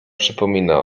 przypomina